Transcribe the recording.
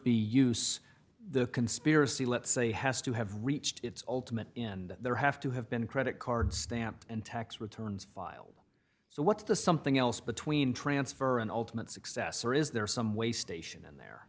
be use the conspiracy let's say has to have reached its ultimate in there have to have been credit card stamped and tax returns filed so what's the something else between transfer and ultimate success or is there some way station in